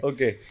Okay